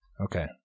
Okay